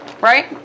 right